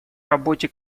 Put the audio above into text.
работе